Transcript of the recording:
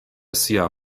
sia